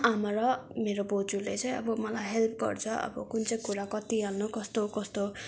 आमा र मेरो बोजूले चाहिँ अब मलाई हेल्प गर्छ अब कुन चाहिँ कुरा कति हाल्नु कस्तो कस्तो